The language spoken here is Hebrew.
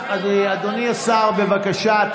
אדוני השר, בבקשה.